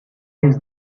his